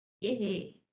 Yay